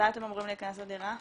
מתי אתם אמורים להיכנס לדירה?